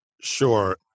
Sure